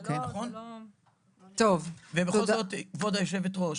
כבוד היושבת-ראש,